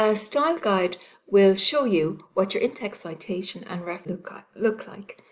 ah style guide will show you what your in-text citation and reference look ah look like,